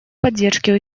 поддержке